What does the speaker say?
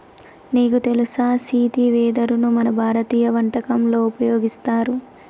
నీకు తెలుసా సీతి వెదరును మన భారతీయ వంటకంలో ఉపయోగిస్తారు